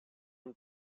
une